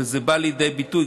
וזה בא לידי ביטוי.